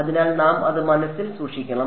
അതിനാൽ നാം അത് മനസ്സിൽ സൂക്ഷിക്കണം